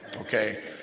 Okay